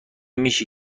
میشه